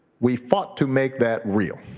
we fought to make that real.